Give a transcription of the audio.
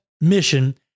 mission